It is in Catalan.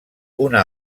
una